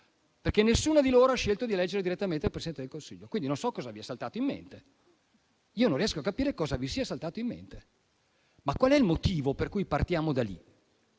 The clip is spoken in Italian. perché nessuna di loro ha scelto di eleggere direttamente il Presidente del Consiglio. Quindi, non so cosa vi è saltato in mente, io non riesco a capire cosa vi sia saltato in mente. Qual è il motivo per cui partiamo da lì?